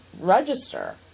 register